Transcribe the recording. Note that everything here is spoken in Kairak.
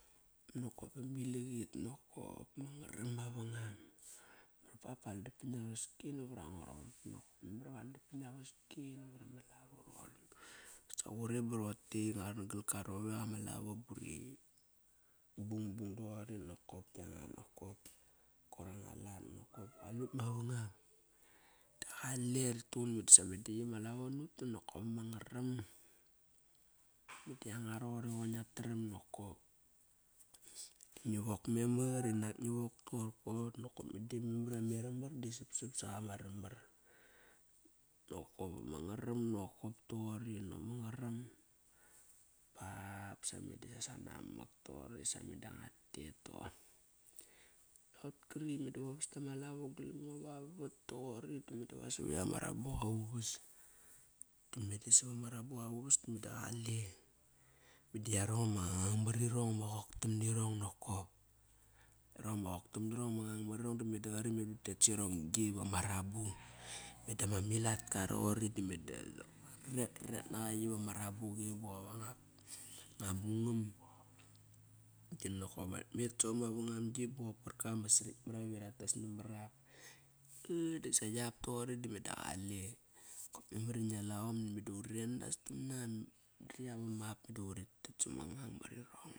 Nokop ma ilaq it nokop. Ma ngaram mavangam. Ba baldap pat ngia vaski navar ango roqori. Memar iva aldap pa ngia vaski navar ama lavo roqori. Basa qure rotei va qara kal kua rovek ama lavo buri nung doqori nokop. Kianga nokop. Koir anga lat nokop Qalut mavangam. Da qale, rituqun i medasa ma lavo nut danokop ma maram Medar yanga roqori meda qoin ngia taram nokop. Ngi wok memar unak ngi wok torko nokop meda memar iva me ramar di sapsap sanga ma ramar. Nokop ma ngaram nokop toqori nama ngaram. Ba basa meda sa yara namak toqori sa meda ngua tet toqori. Sop kari va vasda ma lavo galam ngo vavat toqori da me dava soviak ama rabuqa uvas. Da meda sava ma rabuka uvas da meda qale, medo yarong ama mar irong ma qoktam nirong nokop. Qarong ama qoktam nirong ma ngang mar irong, meda qari meda utet sirong gi vama rabu. Meda ma milatika roqori di meda retret ma qa yi vama rabuqi bop ma mungam. Dinokop met som mavanggam gi bop karkap ama srakt marap iratas na mar ap. A dasa yap toqori da meda qale. Kop memar ingiala om meda vuri enas taman kiap ama ap toqori. Da uri tet sama ngang mar irong.